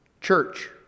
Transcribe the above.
church